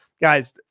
guys